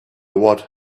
what